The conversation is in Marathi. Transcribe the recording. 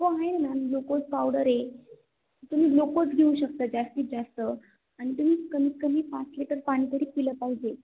हो आहे मॅम ग्लुकोज पावडर आहे तुम्ही ग्लुकोज घेऊ शकता जास्तीत जास्त आणि तुम्ही कमीत कमी पाच लिटर पाणी तरी प्यायलं पाहिजे